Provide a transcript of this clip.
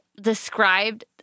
described